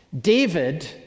David